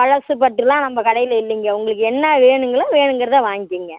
பழசு பட்டெலாம் நம்ம கடையில் இல்லைங்க உங்களுக்கு என்ன வேணுங்களோ வேணுங்கிறதை வாங்கிக்கிங்க